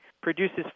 produces